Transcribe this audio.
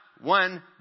one